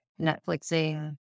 Netflixing